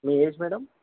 me age madam